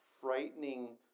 frightening